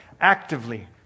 Actively